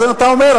אז אתה אומר,